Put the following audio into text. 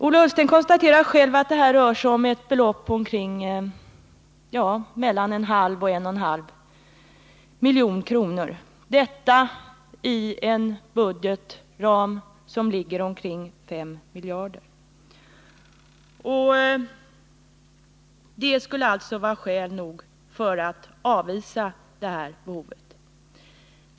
Ola Ullsten konstaterar själv att det här rör sig om ett belopp på mellan 0,5 och 1,5 miljoner, detta sett mot en budgetram som ligger på omkring 5 miljarder och som alltså skulle vara skäl nog för att bortse från det här behovet.